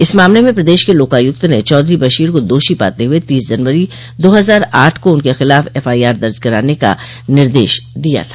इस मामले में प्रदेश के लोकायुक्त ने चौधरी बशीर को दोषी पाते हुए तीस जनवरी दो हजार आठ को उनके खिलाफ एफआईआर दर्ज कराने का निर्देश दिया था